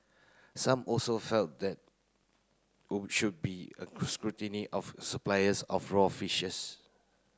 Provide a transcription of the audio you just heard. some also felt that would should be a scrutiny of suppliers of raw fishes